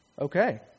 okay